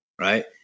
right